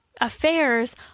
affairs